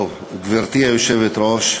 טוב, גברתי היושבת-ראש,